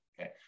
okay